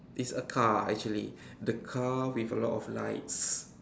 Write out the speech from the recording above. it's a car actually the car with a lot of lights